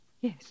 Yes